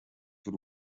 tw’u